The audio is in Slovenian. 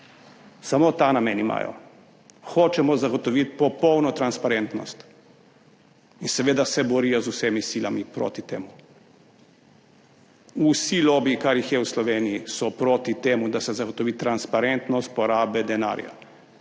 Samo ta namen imajo. Hočemo zagotoviti popolno transparentnost. In seveda se borijo z vsemi silami proti temu. Vsi lobiji, kar jih je v Sloveniji, so proti temu, da se zagotovi transparentnost porabe denarja,